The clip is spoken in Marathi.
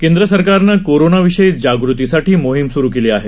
केंद्रसरकारनं कोरोनाविषयी जागृतीसाठी मोहीम सुरु केली आहे